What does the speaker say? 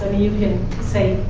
you can say,